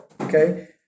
Okay